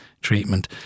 treatment